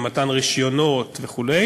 למתן רישיונות וכו',